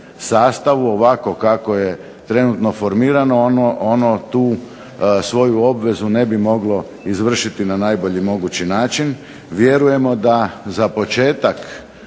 ovako kako je trenutno formirano ono tu svoju obvezu ne bi moglo izvršiti na najbolji mogući način. Vjerujemo da za početak